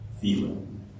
feeling